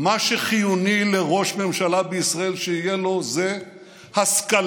מה שחיוני לראש ממשלה בישראל שתהיה לו זה השכלה.